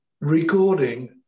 Recording